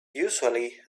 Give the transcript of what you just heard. usually